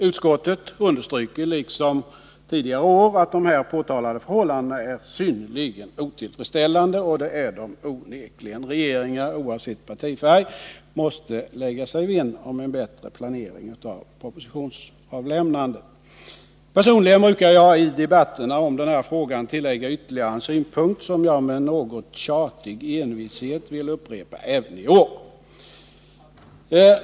Utskottet understryker liksom tidigare år att de här påtalade förhållandena är synnerligen otillfredsställande — och det är de onekligen. Regeringar, oavsett partifärg, måste lägga sig vinn om en bättre planering av propositionsavlämnandet. Personligen brukar jag i debatterna om den här frågan tillägga ytterligare en synpunkt, som jag med något tjatig envishet vill upprepa även i år.